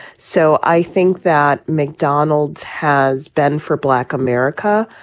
so i think that mcdonald's has been for black america,